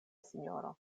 sinjoro